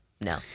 No